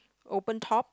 open top